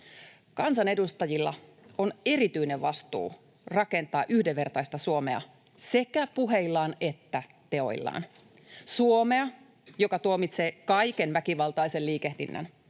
Kansanedustajilla on erityinen vastuu rakentaa yhdenvertaista Suomea sekä puheillaan että teoillaan — Suomea, joka tuomitsee kaiken väkivaltaisen liikehdinnän;